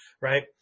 right